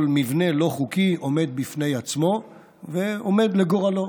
כל מבנה לא חוקי עומד בפני עצמו ועומד לגורלו,